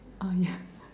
err yeah